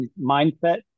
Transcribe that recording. mindset